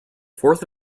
fourth